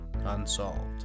Unsolved